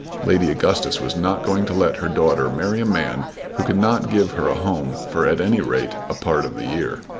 lady augustus was not going to let her daughter marry a man who could not give her a home for at any rate a part of the year.